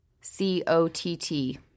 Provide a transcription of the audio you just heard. C-O-T-T